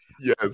Yes